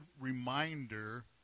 reminder